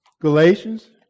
Galatians